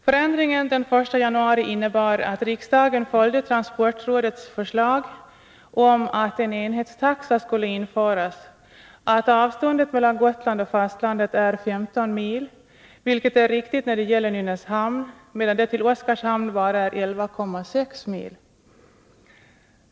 Förändringen den 1 januari innebar att riksdagen följde transportrådets förslag om att en enhetstaxa skulle införas och att avståndet mellan Gotland och fastlandet är 15 mil, vilket är riktigt när det gäller Nynäshamn, medan det till Oskarshamn bara är 11,6 mil.